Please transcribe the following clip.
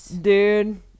dude